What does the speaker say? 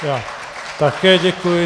Já také děkuji.